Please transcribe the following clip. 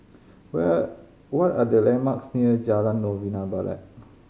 where what are the landmarks near Jalan Novena Barat